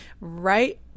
Right